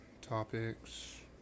Topics